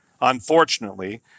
Unfortunately